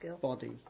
body